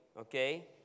okay